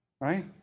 right